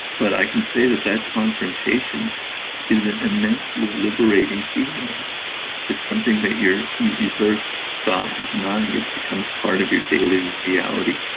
but i can say that that confrontation is an immensely liberating feeling it's something that you you sort of stop denying. it becomes part of your daily and reality.